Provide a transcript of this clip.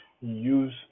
use